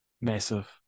Massive